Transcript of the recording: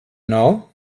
now